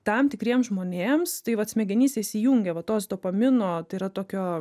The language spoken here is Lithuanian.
tam tikriems žmonėms tai vat smegenyse įsijungia va tos dopamino tai yra tokio